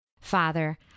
Father